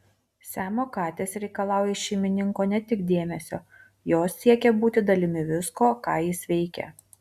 siamo katės reikalauja iš šeimininko ne tik dėmesio jos siekia būti dalimi visko ką jis veikia